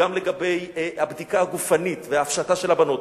גם לגבי הבדיקה הגופנית וההפשטה של הבנות.